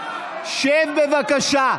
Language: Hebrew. שב, בבקשה.